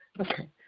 Okay